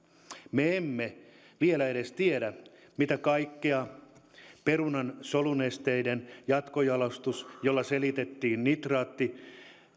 me emme vielä edes tiedä mitä kaikkia perunan solunesteiden jatkojalostuksen jolla selätettiin nitraattiasetus